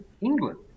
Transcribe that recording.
England